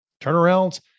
turnarounds